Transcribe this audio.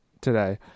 today